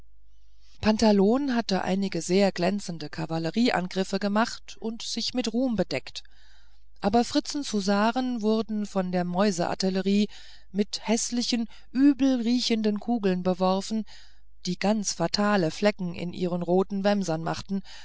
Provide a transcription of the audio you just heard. pantalon hatte einige sehr glänzende kavallerieangriffe gemacht und sich mit ruhm bedeckt aber fritzens husaren wurden von der mäuseartillerie mit häßlichen übelriechenden kugeln beworfen die ganz fatale flecke in ihren roten wämsern machten